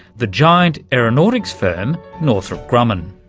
the giant aeronautics firm northrop grumman.